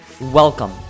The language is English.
Welcome